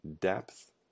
depth